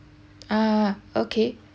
ah okay